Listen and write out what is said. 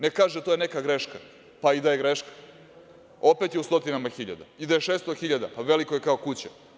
Ne, kaže – to je neka greška, pa i da je greška, opet je u stotinama hiljada i da je 600 hiljada veliko je kao kuća.